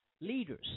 leaders